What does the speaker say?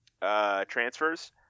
transfers